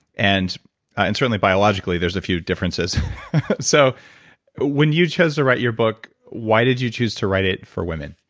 and and certainly biologically there's a few differences so when you chose to write your book why did you choose to write it for women?